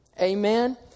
Amen